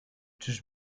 czyż